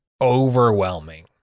overwhelming